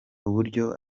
uburyo